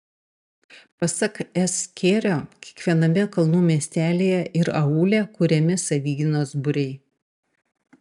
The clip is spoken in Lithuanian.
pasak s kėrio kiekviename kalnų miestelyje ir aūle kuriami savigynos būriai